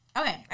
Okay